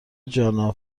جانا